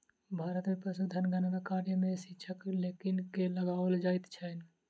भारत मे पशुधन गणना कार्य मे शिक्षक लोकनि के लगाओल जाइत छैन